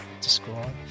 describe